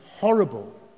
horrible